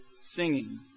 singing